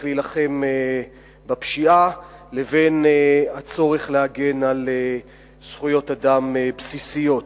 להילחם בפשיעה לבין הצורך להגן על זכויות אדם בסיסיות.